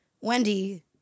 Wendy